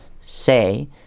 say